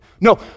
No